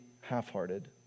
half-hearted